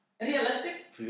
realistic